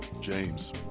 James